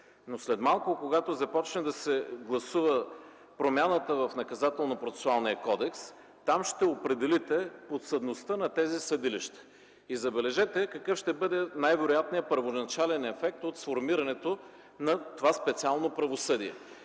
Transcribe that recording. Но след малко, когато започне да се гласува промяната в Наказателно-процесуалния кодекс, там ще определите подсъдността на тези съдилища. Забележете какъв ще бъде най-вероятният първоначален ефект от сформирането на това специално правосъдие.